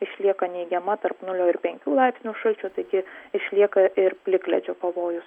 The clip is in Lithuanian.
išlieka neigiama tarp nulio ir penkių laipsnių šalčio taigi išlieka ir plikledžio pavojus